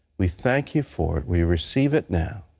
we thank you for it. we receive it now.